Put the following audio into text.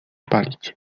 palić